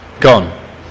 Gone